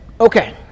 okay